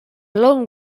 long